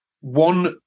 One